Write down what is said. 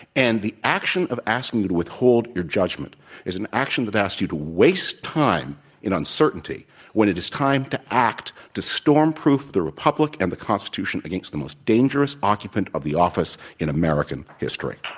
and the action of asking you to withhold your judgment is an action that asks you to waste time in uncertainty when it is time to act, to stormproof the republic and the constitution against the most dangerous occupant of the office in american history.